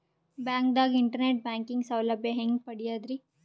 ಬ್ಯಾಂಕ್ದಾಗ internet banking ಸೌಲಭ್ಯ ಹೆಂಗ್ ಪಡಿಯದ್ರಿ?